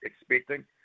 expecting